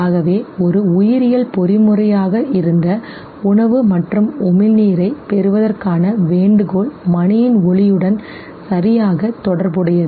ஆகவே ஒரு உயிரியல் பொறிமுறையாக இருந்த உணவு மற்றும் உமிழ்நீரைப் பெறுவதற்கான வேண்டுகோள் மணியின் ஒலியுடன் சரியாக தொடர்புடையது